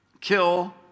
kill